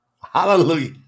Hallelujah